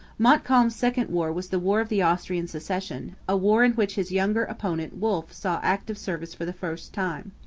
montcalm's second war was the war of the austrian succession, a war in which his younger opponent wolfe saw active service for the first time.